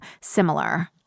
similar